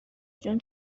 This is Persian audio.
جون